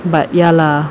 but ya lah